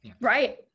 Right